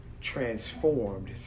transformed